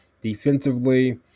defensively